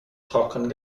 trocken